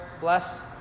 bless